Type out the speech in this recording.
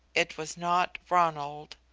it was not ronald.